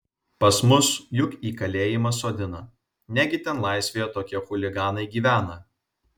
pas mus juk į kalėjimą sodina negi ten laisvėje tokie chuliganai gyvena